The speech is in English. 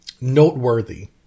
noteworthy